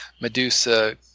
Medusa